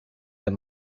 that